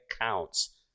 Counts